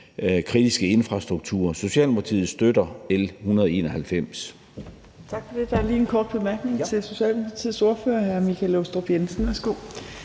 kritiske infrastruktur. Socialdemokratiet støtter L 191.